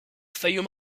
fayoum